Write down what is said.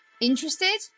Interested